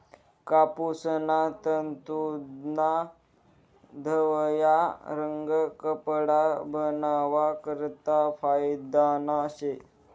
कापूसना तंतूस्ना धवया रंग कपडा बनावा करता फायदाना शे